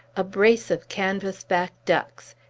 a brace of canvasback ducks,